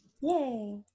Yay